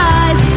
eyes